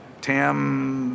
Tam